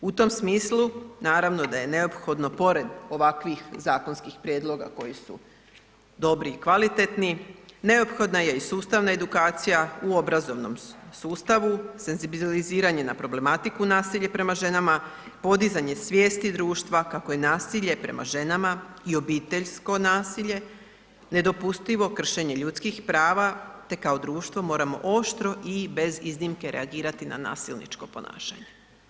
U tom smislu naravno da je neophodno pored ovakvih zakonskih prijedloga koji su dobri i kvalitetni neophodna je i sustavna edukacija u obrazovnom sustavu, senzibiliziranje na problematiku nasilje prema ženama, podizanje svijesti društva kako je nasilje prema ženama i obiteljsko nasilje nedopustivo kršenje ljudskih prava, te kao društvo moramo oštro i bez iznimke reagirati na nasilničko ponašanje.